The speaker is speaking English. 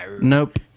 nope